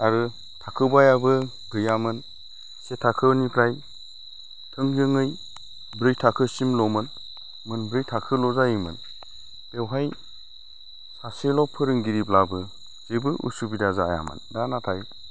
आरो थाखो बायाबो गैयामोन से थाखोनिफ्राय थोंजोङै ब्रै थाखोसिमल'मोन मोनब्रै थाखोल' जायोमोन बेवहाय सासेल' फोरोंगिरिब्लाबो जेबो असुबिदा जायामोन दा नाथाय